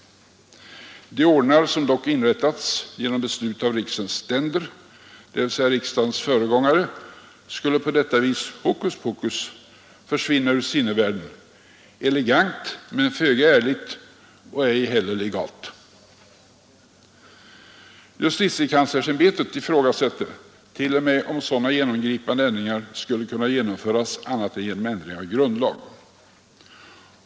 De ordnar som dock inrättats genom beslut av riksens ständer, dvs. riksdagens föregångare, skulle på detta sätt hokus pokus — försvinna ur sinnevärlden. Elegant men föga ärligt och ej heller legalt. Justitiekanslersämbetet ifrågasätter till och med om sådana genomgripan de ändringar skulle kunna genomföras annat än genom ändring av grundlag.